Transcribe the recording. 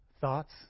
thoughts